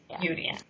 beauty